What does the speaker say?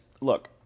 look